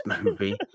movie